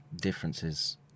differences